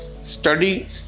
study